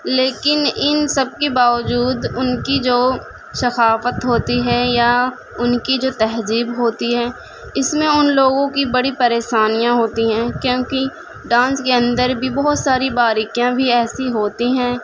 لیکن ان سب کے باوجود ان کی جو ثقافت ہوتی ہے یا ان کی جو تہذیب ہوتی ہے اس میں ان لوگوں کی بڑی پریشانیاں ہوتی ہیں کیوںکہ ڈانس کے اندر بھی بہت ساری باریکیاں بھی ایسی ہوتی ہیں